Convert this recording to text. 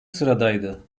sıradaydı